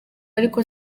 ariko